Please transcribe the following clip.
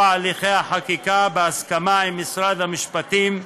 הליכי החקיקה בהסכמה עם משרד המשפטים,